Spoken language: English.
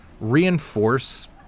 reinforce